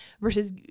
versus